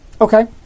Okay